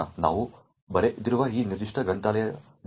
ನಾವು ಬರೆದಿರುವ ಈ ನಿರ್ದಿಷ್ಟ ಗ್ರಂಥಾಲಯದಿಂದ ಪ್ರಾರಂಭಿಸೋಣ